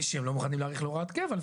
שהם לא מוכנים להאריך להוראת קבע.